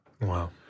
Wow